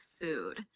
Food